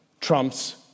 trumps